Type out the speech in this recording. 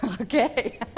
Okay